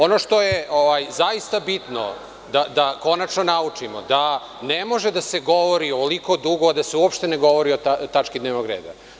Ono što je zaista bitno da konačno naučimo, jeste da ne može da se govori ovoliko dugo a da se uopšte ne govori o tački dnevnog reda.